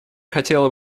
хотела